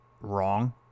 wrong